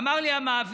ואמר לי המעביד: